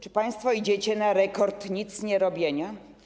Czy państwo idziecie na rekord nicnierobienia?